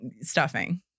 stuffing